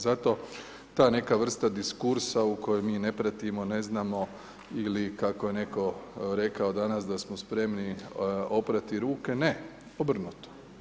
Zato ta neka vrsta diskursa u kojem mi ne pratimo, ne znamo ili kako je neko rekao danas da smo spremni oprati ruke, ne, obrnuto.